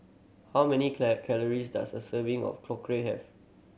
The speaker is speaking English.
how many calories does a serving of have